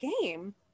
game